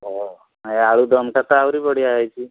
ହଁ ଏ ଆଳୁଦମଟା ତ ଆହୁରି ବଢ଼ିଆ ହେଇଛି